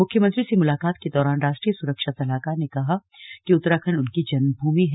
मुख्यमंत्री से मुलाकात के दौरान राश्ट्रीय सुरक्षा सलाहकार ने कहा कि उत्तराखण्ड उनकी जन्मभूमि है